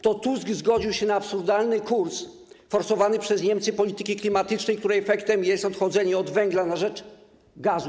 To Tusk zgodził się na absurdalny, forsowany przez Niemcy kurs polityki klimatycznej, której efektem jest odchodzenie od węgla na rzecz gazu.